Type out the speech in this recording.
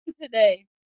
today